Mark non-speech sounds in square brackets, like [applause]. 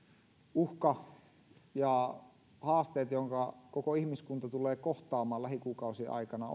uhka ja haasteet joita koko ihmiskunta tulee kohtaamaan lähikuukausien aikana [unintelligible]